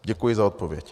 Děkuji za odpověď.